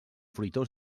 fruitós